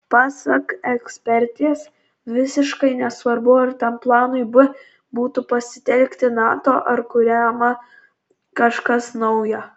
pasak ekspertės visiškai nesvarbu ar tam planui b būtų pasitelkta nato ar kuriama kažkas nauja